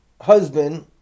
Husband